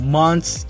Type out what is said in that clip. months